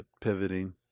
pivoting